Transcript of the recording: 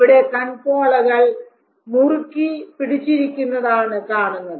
ഇവിടെ കൺപോളകൾ മുറുക്കി പിടിച്ചിരിക്കുന്നതാണ് കാണുന്നത്